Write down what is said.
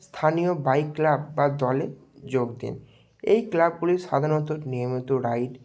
স্থানীয় bike club বা দলে যোগ দিন এই ক্লাবগুলি সাধানণত নিয়মিত রাইড